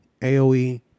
AOE